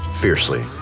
fiercely